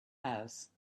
house